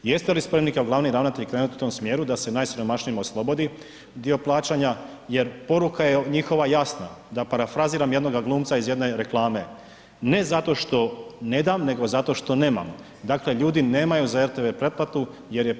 Jeste li spremni kao glavni ravnatelj krenuti u tom smjeru da se najsiromašnijima oslobodi dio plaćanja jer poruka je njihova jasna, da parafraziram jednoga glumca iz jedne reklame „ne zato što ne dam, nego zato što nemam“, dakle ljudi nemaju za rtv pretplatu jer preskupa.